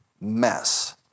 mess